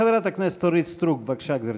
חברת הכנסת אורית סטרוק, בבקשה, גברתי.